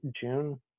june